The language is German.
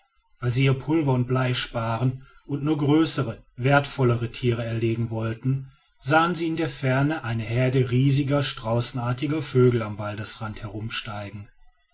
weil sie ihr pulver und blei sparen und nur größere wertvollere tiere erlegen wollten sahen sie in der ferne eine herde riesiger straußartiger vögel am waldrande herumsteigen